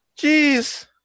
Jeez